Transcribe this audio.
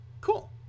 cool